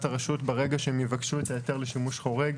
הרשות ברגע שהם יבקשו את ההיתר לשימוש חורג.